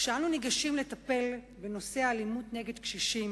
כשאנו ניגשים לטפל בנושא האלימות נגד קשישים,